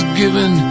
given